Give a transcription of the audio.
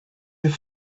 your